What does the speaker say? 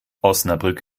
osnabrück